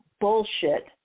bullshit